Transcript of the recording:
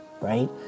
right